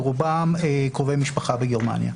לרובם קרובי משפחה בגרמניה.